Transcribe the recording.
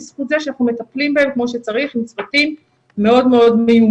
בזכות זה שאנחנו מטפלים בהם כמו שצריך עם צוותים מאוד מיומנים.